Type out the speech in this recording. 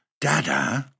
Dada